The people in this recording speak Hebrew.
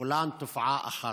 כולם תופעה אחת.